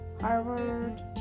Harvard